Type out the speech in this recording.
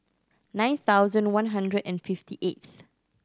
nine thousand one hundred and fifty eighth